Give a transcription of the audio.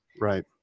Right